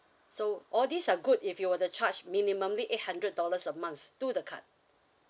so all these are good if you were to charge minimally eight hundred dollars a month to the card